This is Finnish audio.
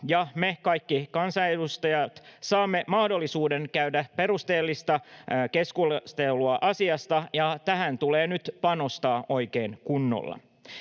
ja me kaikki kansanedustajat saamme mahdollisuuden käydä perusteellista keskustelua asiasta, ja tähän tulee nyt panostaa oikein kunnolla.